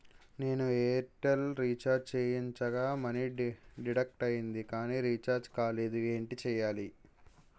నేను Airtel recharge చేయించగా money deduct అయ్యింది కానీ రీఛార్జ్ కాలేదు ఏంటి చేయాలి?